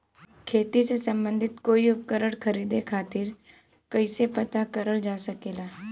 खेती से सम्बन्धित कोई उपकरण खरीदे खातीर कइसे पता करल जा सकेला?